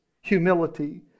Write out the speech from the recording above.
humility